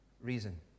reason